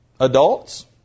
Adults